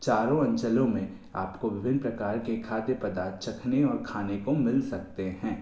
चारों अंचलों में आप को विभिन्न प्रकार के खाद्य पदार्थ चखने और खाने को मिल सकते हैं